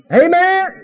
Amen